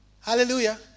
Hallelujah